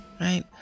right